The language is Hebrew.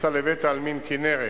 בכניסה לבית-העלמין כינרת,